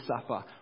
suffer